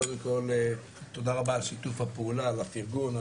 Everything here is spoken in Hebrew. קודם כל תודה רבה על שיתוף הפעולה והפירגון,